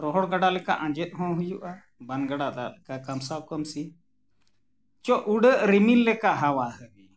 ᱨᱚᱦᱚᱲ ᱜᱟᱰᱟ ᱞᱮᱠᱟ ᱟᱸᱡᱮᱫ ᱦᱚᱸ ᱦᱩᱭᱩᱜᱼᱟ ᱵᱟᱱ ᱜᱟᱰᱟ ᱫᱟᱜ ᱞᱮᱠᱟ ᱠᱟᱢᱥᱟᱣ ᱠᱟᱢᱥᱤ ᱪᱚ ᱩᱰᱟᱹᱜ ᱨᱤᱢᱤᱞ ᱞᱮᱠᱟ ᱦᱟᱣᱟ ᱦᱟᱣᱤ